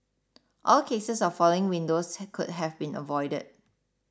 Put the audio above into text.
all cases of falling windows could have been avoided